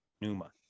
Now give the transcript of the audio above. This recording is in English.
numa